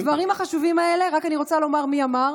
את הדברים החשובים האלה, אני רק רוצה לומר מי אמר